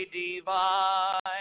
divine